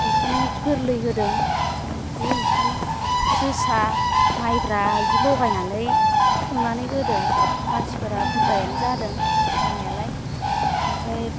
ओंखाम गोरलै होदों बे ओंखामा जोसा माइब्रा बिदि लगायनानै संनानै होदों मानसिफोरा बुरजायानो जादों जानायालाय बेनिफ्राय